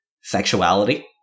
sexuality